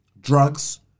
Drugs